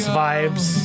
vibes